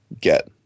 get